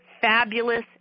fabulous